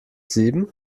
sieben